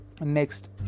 Next